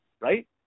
right